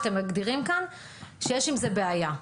שאתם מגדירים כאן שיש עם זה בעיה?